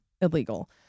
illegal